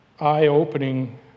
eye-opening